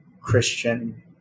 Christian